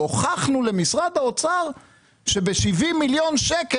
והוכחנו למשרד האוצר שב-70 מיליון שקלים